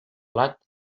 plat